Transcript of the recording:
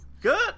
Good